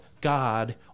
god